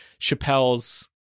Chappelle's